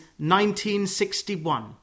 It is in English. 1961